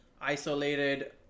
isolated